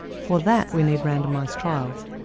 for that we need randomised trials.